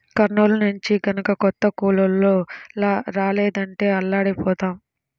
కర్నూలు నుంచి గనక కొత్త కూలోళ్ళు రాలేదంటే అల్లాడిపోతాం